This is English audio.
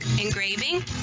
engraving